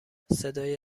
صدای